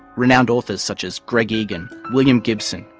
renowned authors such as greg egan, william gibson,